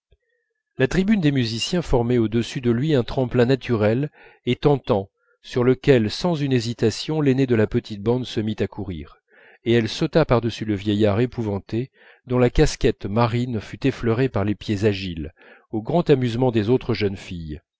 la tribune des musiciens formait au-dessus de lui un tremplin naturel et tentant sur lequel sans une hésitation l'aînée de la petite bande se mit à courir elle sauta par-dessus le vieillard épouvanté dont la casquette marine fut effleurée par les pieds agiles au grand amusement des autres jeunes filles